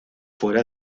fuera